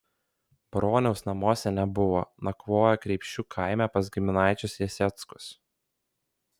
broniaus namuose nebuvo nakvojo kreipšių kaime pas giminaičius jaseckus